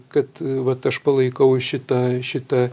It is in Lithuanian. kad vat aš palaikau šitą šitą